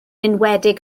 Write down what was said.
enwedig